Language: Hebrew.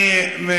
כן, אני רוצה.